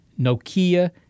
Nokia